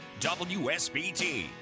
WSBT